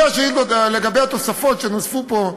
לגבי התוספות שנוספו פה מסביב,